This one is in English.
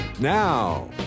Now